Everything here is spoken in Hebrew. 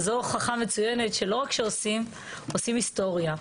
זאת הוכחה מצוינת שלא רק שעושים, עושים היסטוריה.